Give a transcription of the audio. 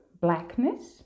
blackness